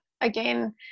again